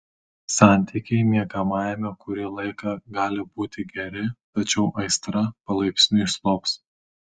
santykiai miegamajame kurį laiką gali būti geri tačiau aistra palaipsniui slops